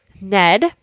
Ned